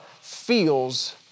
feels